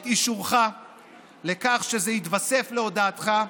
את אישורך לכך שזה יתווסף להודעתך,